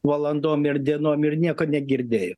valandom ir dienom ir nieko negirdėjo